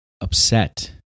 upset